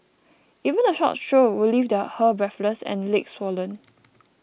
even a short stroll would leave her breathless and legs swollen